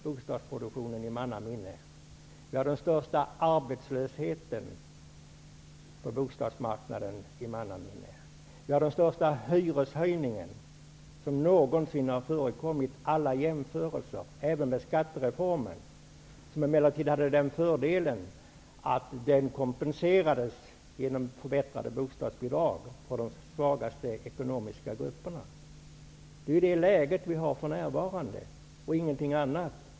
Bostadsproduktionen är den lägsta i mannaminne, arbetslösheten på bostadsmarknaden är den största i mannaminne, hyreshöjningarna är de största som någonsin har förekommit vid alla jämförelser -- även med skattereformen, som emellertid hade den fördelen att de ekonomiskt svagaste grupperna kompenserades genom de förbättrade bostadsbidragen. Detta är det läge vi har för närvarande och ingenting annat.